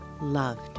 loved